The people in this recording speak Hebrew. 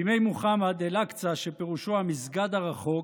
בימי מוחמד, אל-אקצא, שפירושו המסגד הרחוק,